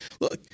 look